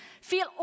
feel